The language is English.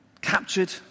captured